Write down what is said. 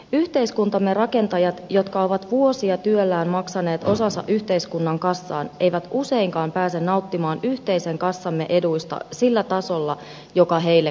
yhteiskuntamme rakentajat jotka ovat vuosia työllään maksaneet osansa yhteiskunnan kassaan eivät useinkaan pääse nauttimaan yhteisen kassamme eduista sillä tasolla joka heille kuuluisi